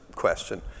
question